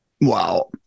Wow